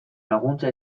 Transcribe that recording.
laguntza